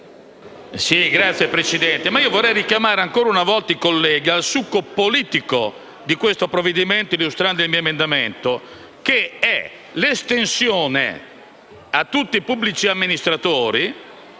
Signor Presidente, io vorrei richiamare ancora una volta i colleghi al succo politico di questo provvedimento, illustrando il mio emendamento, 1.500/4. Esso prevede che per tutti i pubblici amministratori,